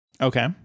Okay